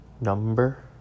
number